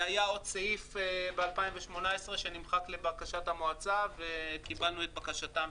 והיה עוד סעיף ב-2018 שנמחק לבקשת המועצה וקיבלנו את בקשתם,